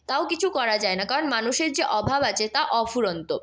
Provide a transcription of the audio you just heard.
তাও কিছু করা যায় না কারণ মানুষের যে অভাব আছে তা অফুরন্ত